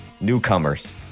newcomers